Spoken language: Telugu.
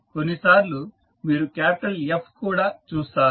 కొన్నిసార్లు మీరు క్యాపిటల్ F కూడా చూస్తారు